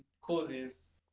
causes